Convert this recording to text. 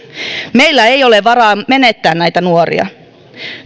meillä ei ole varaa menettää näitä nuoria